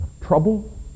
trouble